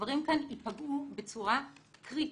הדברים כאן יפגעו בצורה קריטית,